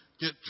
get